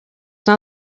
not